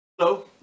Hello